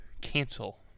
cancel